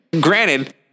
granted